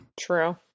True